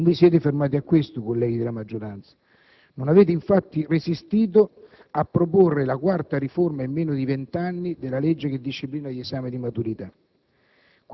Non vi siete fermati a questo, colleghi della maggioranza; non avete infatti resistito a proporre la quarta riforma, in meno di vent'anni, della legge che disciplina gli esami di maturità.